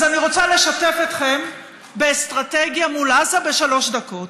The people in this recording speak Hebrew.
אז אני רוצה לשתף אתכם באסטרטגיה מול עזה בשלוש דקות.